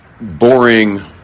boring